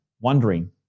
wondering